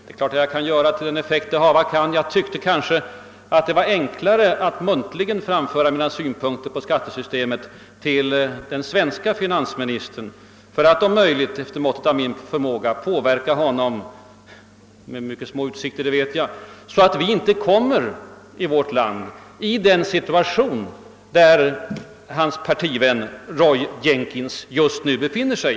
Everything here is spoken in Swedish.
Det är klart att jag kan göra det, till den effekt det hava kan, men jag tyckte kanske det var enklare att muntligen framföra mina synpunkter på skattesystemet till den svenske finansministern för att, i mån av förmåga, påverka honom — utsikterna är mycket små, det vet jag — så att inte vårt land kommer i den situation där finansministerns partivän i Storbritannien, Roy Jenkins, just nu befinner sig.